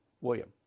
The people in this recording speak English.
William